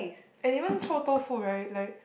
and even Chou-Tofu right like